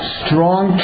strong